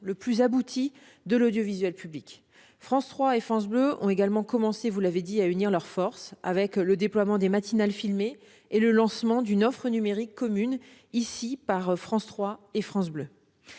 le plus abouti de l'audiovisuel public. France 3 et France Bleu ont également commencé à unir leurs forces avec le déploiement des matinales filmées et le lancement d'une offre numérique commune, « ici », par France 3 et France Bleu.